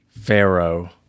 Pharaoh